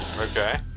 okay